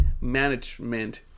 management